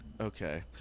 Okay